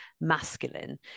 masculine